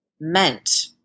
meant